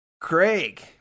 Craig